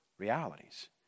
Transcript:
realities